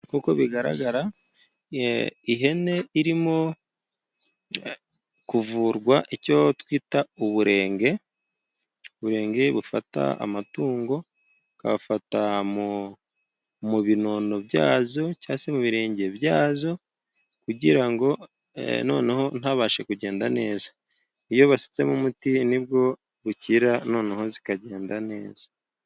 Nk'uko bigaragara, ihene irimo kuvurwa icyo twita uburenge. Uburenge bufata amatungo bugafata mu binono byazo, cyangwa se mu birenge byazo. Kugira ngo noneho ntabashe kugenda neza. Iyo basutsemo umuti ni bwo bukira noneho zikagenda neza.